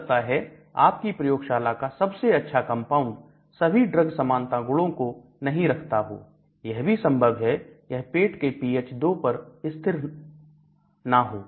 हो सकता है आपकी प्रयोगशाला का सबसे अच्छा कंपाउंड सभी ड्रग समानता गुणों को नहीं रखता हो यह भी संभव है यह पेट के पीएच 2 पर स्थिर ना हो